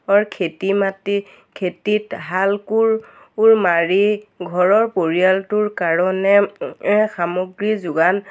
অৰ খেতি মাটি খেতিত হাল কোৰ কোৰ মাৰি ঘৰৰ পৰিয়ালটোৰ কাৰণে সামগ্ৰী যোগান